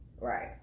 Right